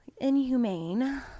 inhumane